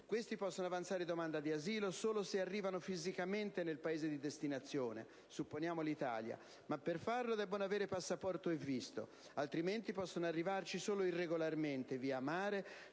Questi possono avanzare domanda di asilo solo se arrivano fisicamente nel Paese di destinazione (supponiamo l'Italia); ma per farlo debbono avere passaporto e visto. Altrimenti possono arrivarci solo irregolarmente, via mare,